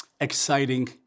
exciting